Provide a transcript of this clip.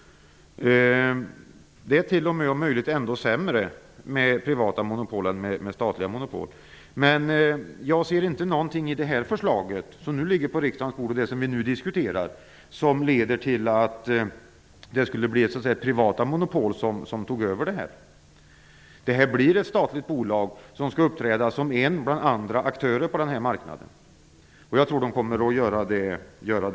Det är t.o.m., om möjligt, ännu sämre med privata monopol än med statliga. Men i det förslag som vi nu diskuterar ser jag inte något som leder till att privata monopol tar över detta. Det blir ett statligt bolag som skall uppträda som en bland andra aktörer på marknaden. Jag tror att de kommer att göra det bra.